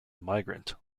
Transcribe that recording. migrant